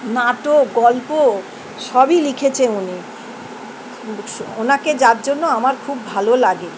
নাটক গল্প সবই লিখেছে উনি ওনাকে যার জন্য আমার খুব ভালো লাগে